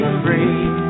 free